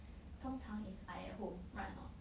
通常 is I at home right or not